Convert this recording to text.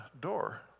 door